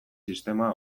sistema